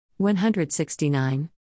169